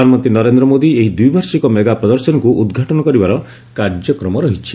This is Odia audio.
ପ୍ରଧାନମନ୍ତ୍ରୀ ନରେନ୍ଦ୍ର ମୋଦି ଏହି ଦ୍ୱିବାର୍ଷିକ ମେଗା ପ୍ରଦର୍ଶନୀକୁ ଉଦ୍ଘାଟନ କରିବାର କାର୍ଯ୍ୟକ୍ରମ ରହିଛି